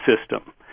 system